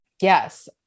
Yes